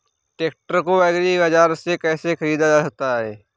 Tractor को agri बाजार से कैसे ख़रीदा जा सकता हैं?